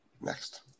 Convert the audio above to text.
Next